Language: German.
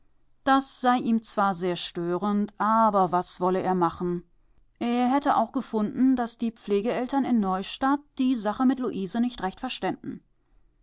das sei ihm zwar sehr störend aber was wolle er machen er hätte auch gefunden daß die pflegeeltern in neustadt die sache mit luise nicht recht verständen